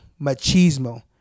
machismo